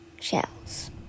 shells